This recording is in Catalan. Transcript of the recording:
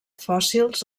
fòssils